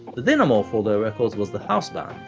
the dynamo for all their records was the house band,